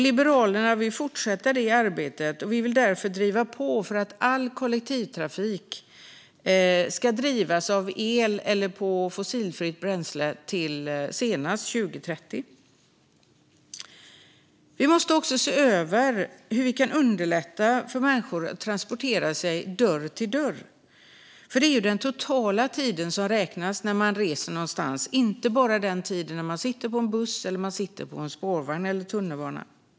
Liberalerna vill fortsätta det arbetet och vill därför driva på för att all kollektivtrafik ska drivas av el eller fossilfritt bränsle senast till 2030. Vi måste också se över hur vi kan underlätta för människor att transportera sig från dörr till dörr. Det är ju den totala tiden som räknas när man reser någonstans, inte bara den tid man sitter på en buss eller en spårvagn eller i tunnelbanan.